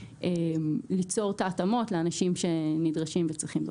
ליצור את ההתאמות לאנשים שנדרשים וצריכים.